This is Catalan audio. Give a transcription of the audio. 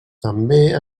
també